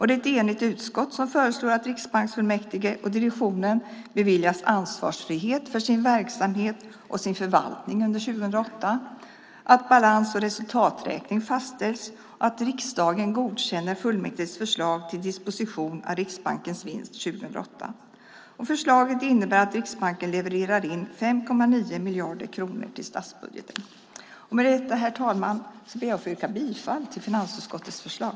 Det är ett enigt utskott som föreslår att riksbanksfullmäktige och direktionen beviljas ansvarsfrihet för sin verksamhet och sin förvaltning under 2008, att balans och resultaträkning fastställs och att riksdagen godkänner fullmäktiges förslag till disposition av Riksbankens vinst 2008. Förslaget innebär att Riksbanken levererar in 5,9 miljarder kronor till statsbudgeten. Med detta, herr talman, yrkar jag bifall till finansutskottets förslag.